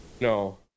No